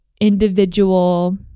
individual